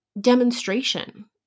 demonstration